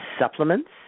supplements